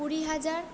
কুড়ি হাজার